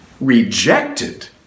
rejected